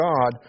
God